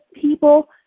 people